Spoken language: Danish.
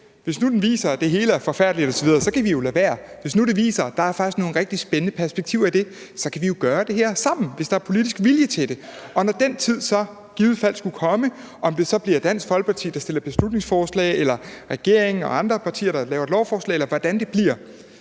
hvis nu den viser, at det hele er forfærdeligt osv., så kan vi jo lade være. Men hvis den viser, at der faktisk er nogle rigtig spændende perspektiver i det, så kan vi jo gøre det her sammen, hvis der er politisk vilje til det. Og når den tid så i givet fald skulle komme – om det så bliver Dansk Folkeparti, der fremsætter et beslutningsforslag, eller om det er regeringen eller andre partier, der fremsætter et lovforslag, eller hvordan det bliver